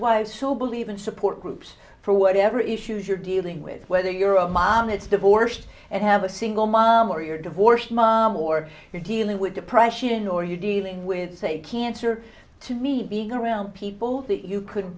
who believe in support groups for whatever issues you're dealing with whether you're a mom it's divorced and have a single mom or you're divorced mom or you're dealing with depression or you're dealing with say cancer to me being around people that you could